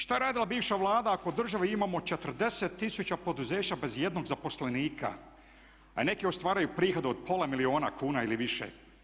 Šta je radila bivša Vlado ako u državi imao 40 tisuća poduzeća bez ijednog zaposlenika a neke ostvaruju prihode od pola milijuna kuna ili više?